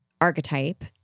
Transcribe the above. archetype